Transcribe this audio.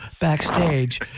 backstage